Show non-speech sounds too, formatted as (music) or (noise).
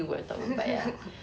(laughs)